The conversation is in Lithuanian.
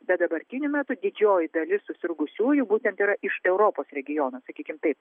bet dabartiniu metu didžioji dalis susirgusiųjų būtent yra iš europos regiono sakykim taip